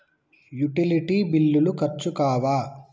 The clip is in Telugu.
యుటిలిటీ బిల్లులు ఖర్చు కావా?